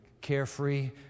carefree